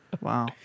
Wow